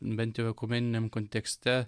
bent jau ekumeniniam kontekste